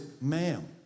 ma'am